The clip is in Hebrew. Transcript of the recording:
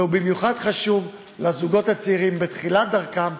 וזה חשוב במיוחד לזוגות הצעירים בתחילת דרכם,